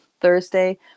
Thursday